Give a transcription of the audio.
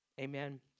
Amen